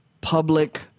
public